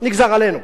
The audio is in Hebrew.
נגזר עלינו.